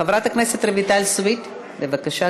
חברת הכנסת רויטל סויד, בבקשה,